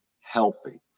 healthy